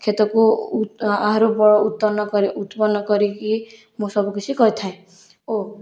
କ୍ଷେତକୁ ଆହୁରି ଉତ୍ପନ୍ନ କରିକି ମୁଁ ସବୁ କିଛି କରିଥାଏ ଓ